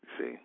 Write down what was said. See